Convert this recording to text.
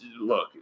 look